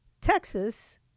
Texas